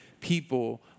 people